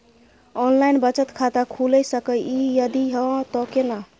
Online बचत खाता खुलै सकै इ, यदि हाँ त केना?